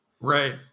Right